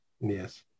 Yes